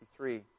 1963